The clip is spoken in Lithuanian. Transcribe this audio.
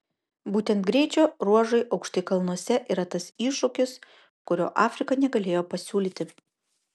būtent greičio ruožai aukštai kalnuose yra tas iššūkis kurio afrika negalėjo pasiūlyti